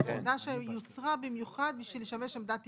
עמדה שיוצרה במיוחד בשביל לשמש עמדת טיפול.